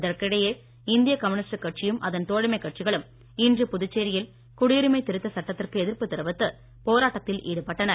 இதற்கிடையே இந்திய கம்யூனிஸ்ட் கட்சியும் அதன் தோழமைக் கட்சிகளும் இன்று புதுச்சேரியில் குடியுரிமை திருத்த சட்டத்திற்கு எதிர்ப்பு தெரிவித்து போராட்டத்தில் ஈடுபட்டனர்